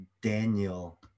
Daniel